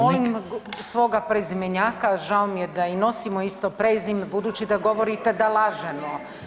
Molim svoga prezimenjaka, žao mi je da i nosimo isto prezime budući da govorite da lažemo.